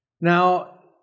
Now